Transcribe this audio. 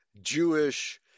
Jewish